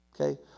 Okay